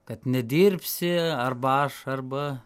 kad nedirbsi arba aš arba